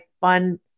fun